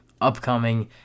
upcoming